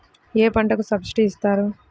ఏ పంటకు సబ్సిడీ ఇస్తారు?